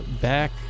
back